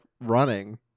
running